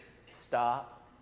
Stop